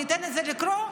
ואני אתן לזה לקרות,